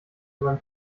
beim